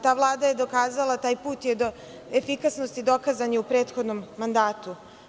Ta Vlada je dokazala, taj put do efikasnosti dokazan je u prethodnom mandatu.